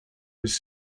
was